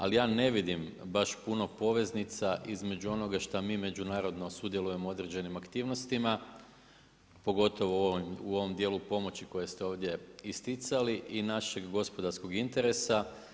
Ali ja ne vidim baš puno poveznica između onoga šta mi međunarodno sudjelujemo u određenim aktivnostima pogotovo u ovom dijelu pomoći koji ste ovdje isticali i našeg gospodarskog interesa.